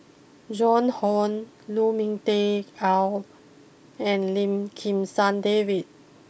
Joan Hon Lu Ming Teh Earl and Lim Kim San David